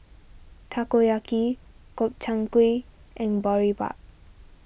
Takoyaki Gobchang Gui and Boribap